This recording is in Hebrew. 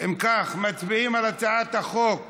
אם כך, מצביעים על הצעת חוק